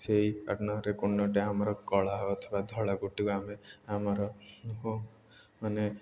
ସେଇ ଆମର କଳା ଅଥବା ଧଳା ଗୋଡ଼ିଟିକୁ ଆମେ ଆମର ମାନେ